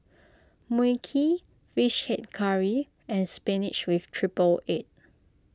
Mui Kee Fish Head Curry and Spinach with Triple Egg